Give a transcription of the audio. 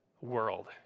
world